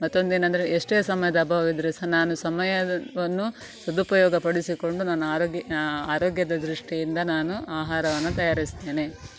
ಮತ್ತೊಂದು ಏನಂದರೆ ಎಷ್ಟೇ ಸಮಯದ ಅಭಾವ ಇದ್ರೂ ಸಹ ನಾನು ಸಮಯವನ್ನು ಸದುಪಯೋಗಪಡಿಸಿಕೊಂಡು ನಾನು ಆರೋಗ್ಯ ಆರೋಗ್ಯದ ದೃಷ್ಟಿಯಿಂದ ನಾನು ಆಹಾರವನ್ನು ತಯಾರಿಸ್ತೇನೆ